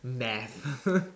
math